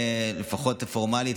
לפחות פורמלית,